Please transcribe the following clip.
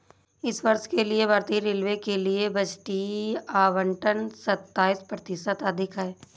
इस वर्ष के लिए भारतीय रेलवे के लिए बजटीय आवंटन सत्ताईस प्रतिशत अधिक है